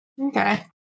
Okay